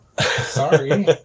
Sorry